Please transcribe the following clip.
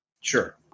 Sure